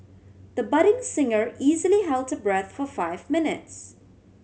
the budding singer easily held her breath for five minutes